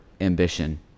ambition